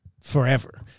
forever